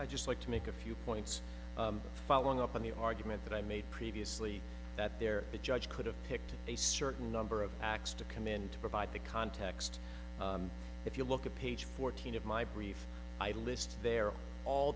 are just like to make a few points following up on the argument that i made previously that there the judge could have picked a certain number of acts to come in to provide the context if you look at page fourteen of my brief i list there a